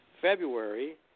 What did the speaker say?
February